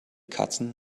katzen